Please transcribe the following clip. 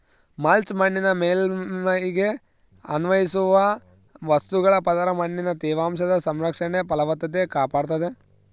mulch ಮಣ್ಣಿನ ಮೇಲ್ಮೈಗೆ ಅನ್ವಯಿಸುವ ವಸ್ತುಗಳ ಪದರ ಮಣ್ಣಿನ ತೇವಾಂಶದ ಸಂರಕ್ಷಣೆ ಫಲವತ್ತತೆ ಕಾಪಾಡ್ತಾದ